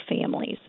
families